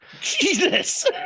Jesus